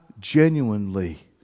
genuinely